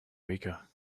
weaker